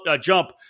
jump